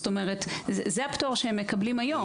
זאת אומרת זה הפטור שהם מקבלים היום.